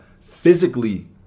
physically